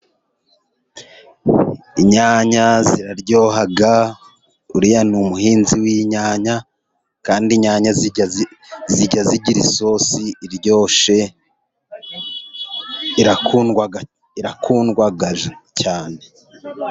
Inyanya ziraryoha, uriya ni umuhinzi w'inyanya kandi inyanya zijya zigira isosi iryoshye, irakundwa cyane.